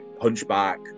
hunchback